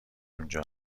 اونجا